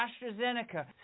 AstraZeneca